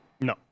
No